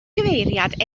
gyfeiriad